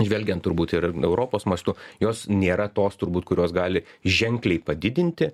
žvelgiant turbūt ir europos mastu jos nėra tos turbūt kurios gali ženkliai padidinti